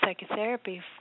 psychotherapy